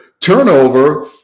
turnover